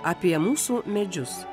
apie mūsų medžius